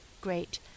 great